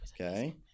Okay